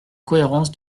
cohérence